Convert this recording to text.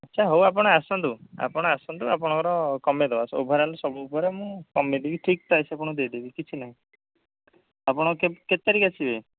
ଆଚ୍ଛା ହଉ ଆପଣ ଆସନ୍ତୁ ଆପଣ ଆସନ୍ତୁ ଆପଣଙ୍କର କମେଇ ଦେବା ଓଭର୍ ଅଲ୍ ସବୁ ଉପରେ ମୁଁ କମେଇ ଦେଇକି ଠିକ୍ ପ୍ରାଇସ୍ ଆପଣଙ୍କୁ ଦେଇଦେବି କିଛି ନାହିଁ ଆପଣ କେତେ କେତେ ତାରିଖ ଆସିବେ